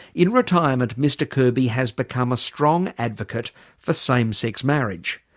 in retirement mr kirby has become a strong advocate for same sex marriage.